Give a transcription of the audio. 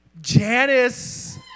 Janice